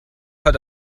hat